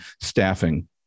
staffing